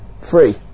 Free